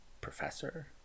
professor